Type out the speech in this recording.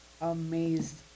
amazed